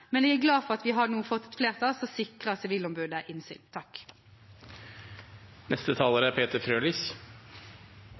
Men jeg er glad for at vi nå har fått flertall som sikrer Sivilombudet